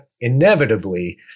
inevitably